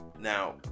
Now